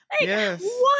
yes